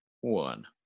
one